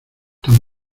tan